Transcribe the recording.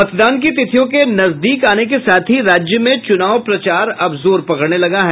मतदान की तिथियों के नजदीक आने के साथ ही राज्य में चुनाव प्रचार अब जोर पकड़ने लगा है